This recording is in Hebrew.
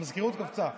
המזכירות קפצה.